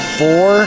four